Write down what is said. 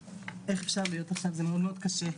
איך אפשר להיות עכשיו זה מאוד קשה.